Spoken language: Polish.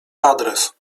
adres